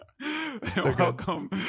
welcome